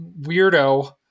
weirdo